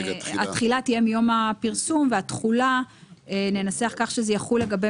התחילה תהיה מיום הפרסום והתחולה ננסח כך שזה יחול לגבי